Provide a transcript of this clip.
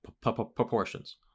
proportions